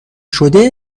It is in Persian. شده